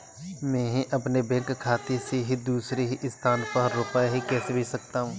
मैं अपने बैंक खाते से दूसरे स्थान पर रुपए कैसे भेज सकता हूँ?